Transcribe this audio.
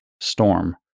storm